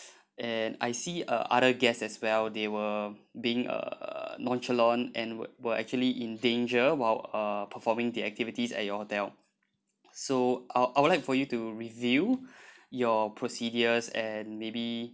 and I see uh other guests as well they were being a nonchalant and were were actually in danger while uh performing the activities at your hotel so I'd I would like for you to review your procedures and maybe